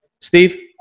Steve